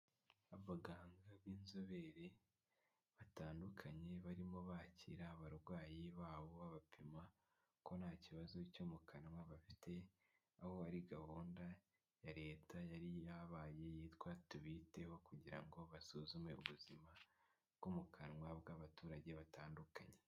Abaganga b'inzobere batandukanye, barimo bakira abarwayi babo, babapima ko nta kibazo cyo mu kanwa bafite, aho ari gahunda ya leta yari yabaye, yitwa tubiteho, kugira ngo basuzume ubuzima bwo mu kanwa bw'abaturage batandukanye.